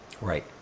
Right